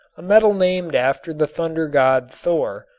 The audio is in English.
a metal named after the thunder god thor,